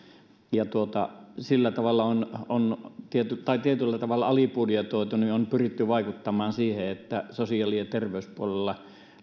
on on tietyllä tavalla alibudjetoitu niin on pyritty vaikuttamaan siihen että sosiaali ja terveyspuolella